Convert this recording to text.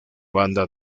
banda